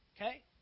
Okay